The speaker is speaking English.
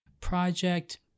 project